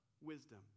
wisdom